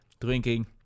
drinking